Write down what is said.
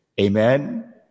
Amen